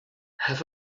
have